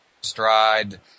stride